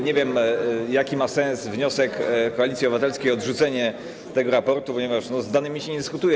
Nie wiem, jaki sens ma wniosek Koalicji Obywatelskiej o odrzucenie tego raportu, ponieważ z danymi się nie dyskutuje.